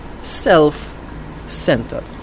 self-centered